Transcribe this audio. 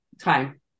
time